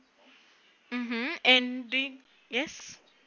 mmhmm and do you yes